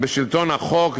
בשלטון החוק,